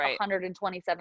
127